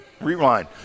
rewind